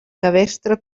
cabestre